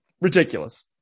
Ridiculous